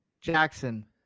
Jackson